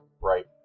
right